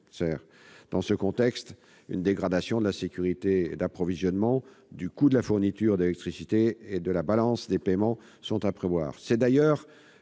Dans ce contexte, une dégradation de la sécurité d'approvisionnement, du coût de la fourniture d'électricité et de la balance des paiements est à prévoir.